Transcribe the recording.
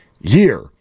year